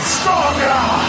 stronger